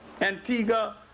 Antigua